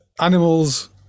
animals